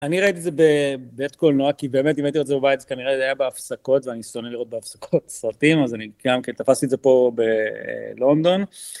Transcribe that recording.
אני ראיתי את זה בבית קולנוע כי באמת אם הייתי רואה את זה בבית כנראה זה היה בהפסקות ואני שונא לראות בהפסקות סרטים אז אני גם תפסתי את זה פה בלונדון